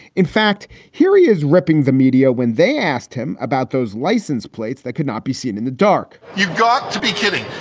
in fact, here he is ripping the media. when they asked him about those license plates that could not be seen in the dark you've got to be kidding.